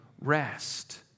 rest